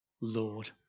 Lord